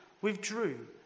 withdrew